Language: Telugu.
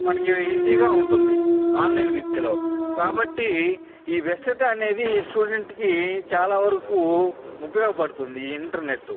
మనకి ఈజీగా ఉంటుంది ఆన్లైన్ విద్యలో కాబట్టి ఈ వశ్యత అనేది స్టూడెంట్కి చాలా వరకు ఉపయోగపడుతుంది ఈ ఇంటర్నెట్